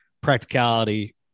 practicality